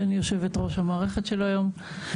שאני יושבת-ראש המערכת שלו היום.